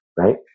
right